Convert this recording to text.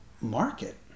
market